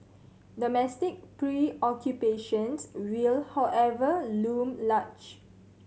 domestic preoccupations will however loom large